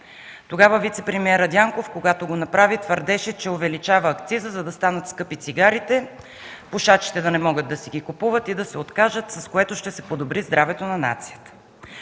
Когато вицепремиерът Дянков го направи, твърдеше, че увеличава акциза, за да станат скъпи цигарите, пушачите да не могат да си ги купуват и да се откажат, с което ще се подобри здравето на нацията.